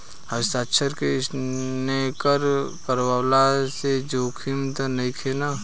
हस्ताक्षर के स्केन करवला से जोखिम त नइखे न?